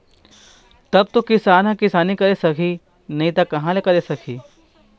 तब तो किसान ह किसानी करे सकही नइ त कहाँ ले करे सकही